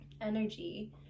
energy